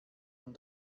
man